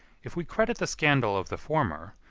if we credit the scandal of the former,